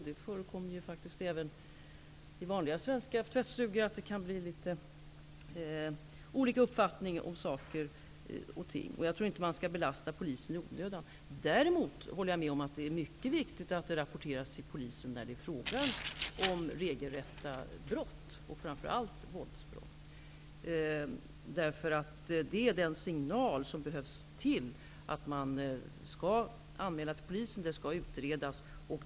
Det kan ju faktiskt även i vanliga svenska tvättstugor råda olika uppfattning om saker och ting. Jag tror inte att man skall belasta polisen i onödan. Jag håller däremot med om att det är mycket viktigt att regelrätta brott, framför allt våldsbrott, rapporteras till polisen. Det är den signal som behövs.